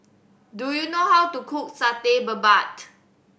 do you know how to cook Satay Babat